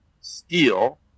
steal